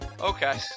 Okay